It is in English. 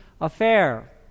affair